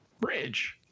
bridge